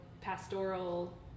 pastoral